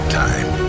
time